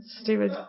stupid